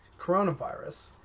coronavirus